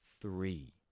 three